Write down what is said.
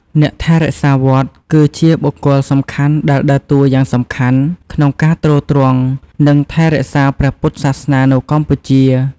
អ្នកថែរក្សាវត្ត គឺជាបុគ្គលសំខាន់ដែលដើរតួយ៉ាងសំខាន់ ក្នុងការទ្រទ្រង់ និងថែរក្សាព្រះពុទ្ធសាសនានៅកម្ពុជា។